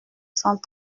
cent